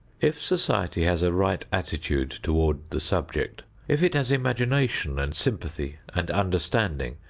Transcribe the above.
if society has a right attitude toward the subject, if it has imagination and sympathy and understanding,